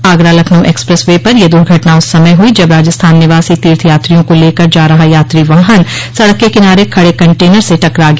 Agra Lucknow express way पर यह दूर्घटना उस समय हुई जब राजस्थान निवासी तीर्थ यात्रियों को लेकर जा रहा यात्री वाहन सड़क के किनारे खड़े कन्टेनर से टकरा गया